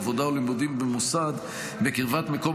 עבודה או לימודים במוסד בקרבת מקום